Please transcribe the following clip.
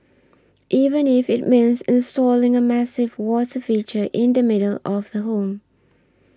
even if it means installing a massive water feature in the middle of the home